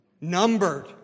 Numbered